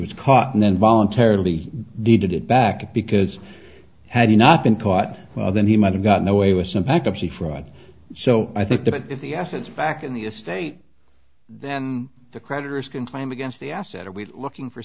was caught and then voluntarily did it back because had he not been caught well then he might have gotten away with some bankruptcy fraud so i think that if the assets back in the estate then the creditors can claim against the asset are we looking for